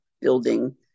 building